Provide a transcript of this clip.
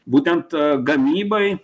būtent gamybai